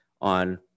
on